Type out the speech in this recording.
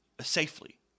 safely